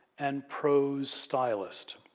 and prose stylist.